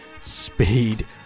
speed